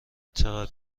چقدر